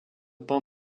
pins